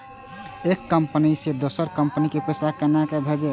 एक कंपनी से दोसर कंपनी के पैसा केना भेजये?